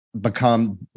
become